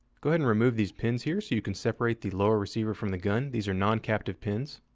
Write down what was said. go ahead and remove these pins here so you can separate the lower receiver from the gun. these are non-captive pins.